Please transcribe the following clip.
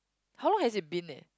how long has it been leh